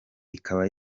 ikaba